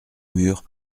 murs